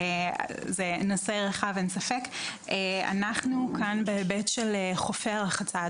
אנחנו כאן בהיבט של חופי הרחצה.